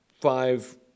five